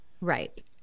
Right